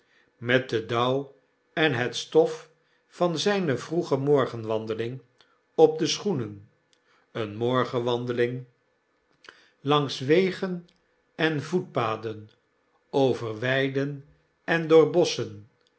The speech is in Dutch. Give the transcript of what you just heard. met den dauw en het stof van zijne vroege morgenwandeling op de schoenen eene morgenwandeling langs wegen en voetpaden over weiden en door bosschen